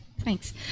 thanks